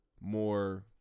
more